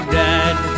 dead